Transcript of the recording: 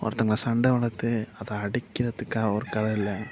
ஒருத்தவங்களை சண்டை வளர்த்து அதை அடிக்கிறதுக்காக ஒரு கலை இல்லை